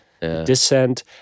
descent